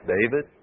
David